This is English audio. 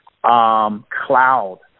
Cloud